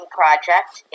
project